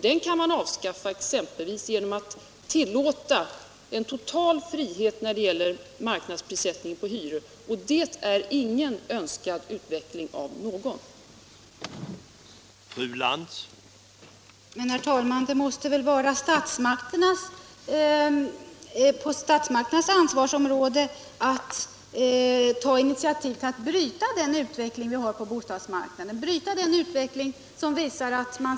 Den kan man avskaffa exempelvis genom att tillåta en total frihet när det gäller marknadsprissättning på hyror, men det är en utveckling som ingen önskar.